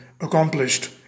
accomplished